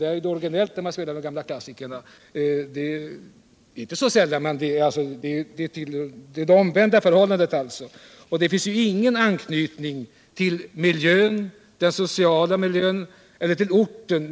Där är det mer ovanligt att spela de gamla klassikerna.